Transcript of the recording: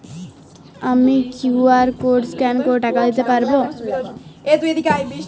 আমি Q R code scan করে টাকা দিতে পারবো?